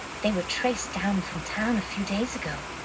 they were traced down from town a few days ago.